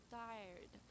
tired